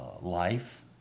life